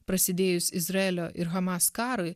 prasidėjus izraelio ir hamas karui